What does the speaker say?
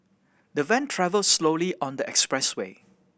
the van travelled slowly on the expressway